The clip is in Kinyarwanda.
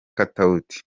katauti